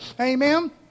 Amen